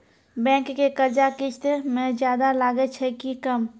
Bank के कर्जा किस्त मे ज्यादा लागै छै कि कम?